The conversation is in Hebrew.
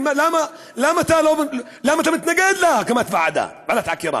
למה אתה מתנגד להקמת ועדת חקירה?